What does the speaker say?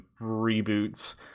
reboots